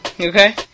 Okay